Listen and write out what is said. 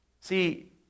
See